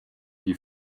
die